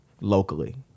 locally